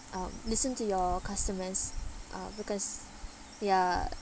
um listen to your customers uh because ya